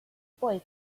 boy